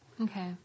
Okay